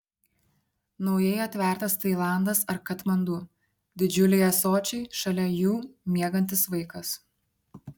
naujai atvertas tailandas ar katmandu didžiuliai ąsočiai šalia jų miegantis vaikas